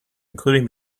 including